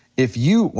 if you,